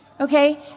Okay